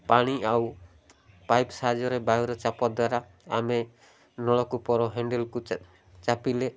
ପାଣି ଆଉ ପାଇପ୍ ସାହାଯ୍ୟରେ ବାୟୁର ଚାପ ଦ୍ୱାରା ଆମେ ନଳକୂପର ହ୍ୟାଣ୍ଡେଲ୍କୁ ଚାପିଲେ